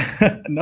No